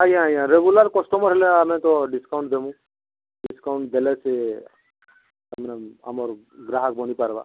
ଆଜ୍ଞା ଆଜ୍ଞା regular customer ହେଲେ ଆମେ ତ ଡିସକାଉଣ୍ଟ ଦେବୁ ଡିସକାଉଣ୍ଟ ଦେଲେ ସେ ଆମେ ଆମର୍ ଗ୍ରାହକ ବନି ପାର୍ବା